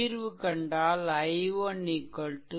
தீர்வு கண்டால் i1 4